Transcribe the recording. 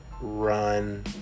run